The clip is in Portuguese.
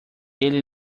ele